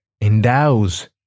endows